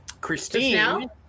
Christine